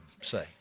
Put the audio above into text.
say